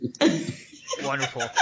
wonderful